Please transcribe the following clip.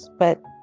but,